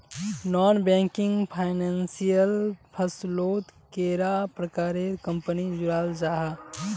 Non banking financial फसलोत कैडा प्रकारेर कंपनी जुराल जाहा?